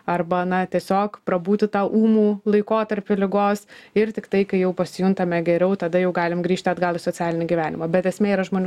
arba na tiesiog prabūti tą ūmų laikotarpį ligos ir tiktai kai jau pasijuntame geriau tada jau galim grįžti atgal į socialinį gyvenimą bet esmė yra žmonių